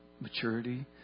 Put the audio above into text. maturity